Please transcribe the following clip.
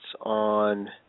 on